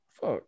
Fuck